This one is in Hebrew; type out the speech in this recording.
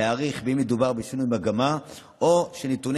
להעריך אם מדובר בשינוי מגמה או שנתוני